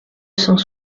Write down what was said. cent